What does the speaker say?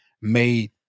made